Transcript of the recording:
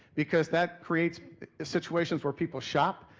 because that creates situations where people shop,